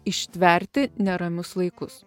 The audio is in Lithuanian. ištverti neramius laikus